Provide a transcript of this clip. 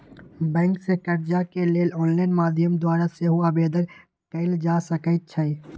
bank से कर्जा के लेल ऑनलाइन माध्यम द्वारा सेहो आवेदन कएल जा सकइ छइ